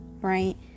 right